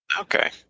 Okay